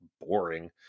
boring